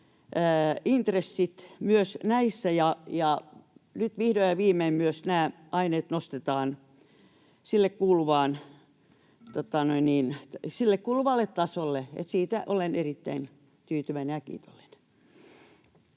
intressit myös näissä. Nyt vihdoin ja viimein myös nämä aineet nostetaan niille kuuluvalle tasolle, ja siitä olen erittäin tyytyväinen ja kiitollinen.